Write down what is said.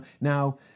Now